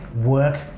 work